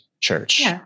church